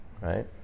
Right